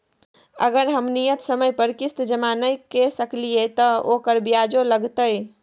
अगर हम नियत समय पर किस्त जमा नय के सकलिए त ओकर ब्याजो लगतै?